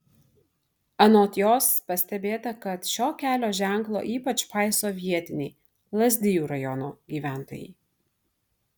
anot jos pastebėta kad šio kelio ženklo ypač paiso vietiniai lazdijų rajono gyventojai